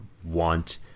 want